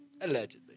Allegedly